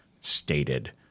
stated